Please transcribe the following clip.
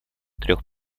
трех